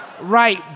Right